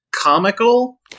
comical